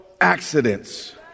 accidents